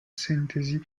sintesi